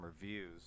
reviews